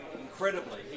incredibly